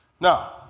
Now